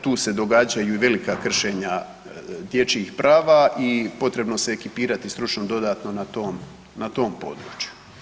Tu se događaju velika kršenja dječjih prava i potrebno se ekipirati stručno dodatno na tom području.